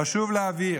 חשוב להבהיר: